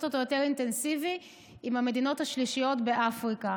אותו יותר אינטנסיבי עם המדינות השלישיות באפריקה.